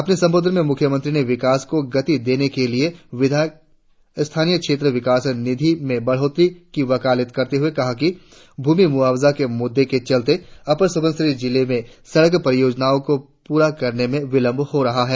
अपने संबोधन में मुख्यमंत्री ने विकास को गति देने के लिए विधायक स्थानीय क्षेत्र विकास निधि में बढ़ोत्तरी की वकालत करते हुए कहा कि भूमि मुआवजे के मुद्दों के चलते अपर सुबनसिरी जिले में सड़क परियोजनाओं को पूरा करने में विलंब हो रहा है